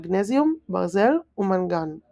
מגנזיום, ברזל ומנגן;